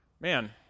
man